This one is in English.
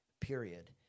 period